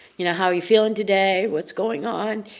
you know, how are you feeling today? what's going on?